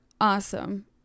awesome